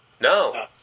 No